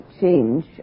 change